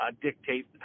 dictate